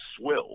swill